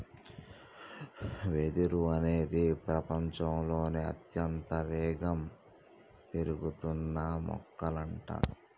వెదురు అనేది ప్రపచంలోనే అత్యంత వేగంగా పెరుగుతున్న మొక్కలంట